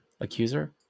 Accuser